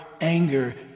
anger